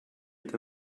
est